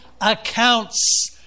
accounts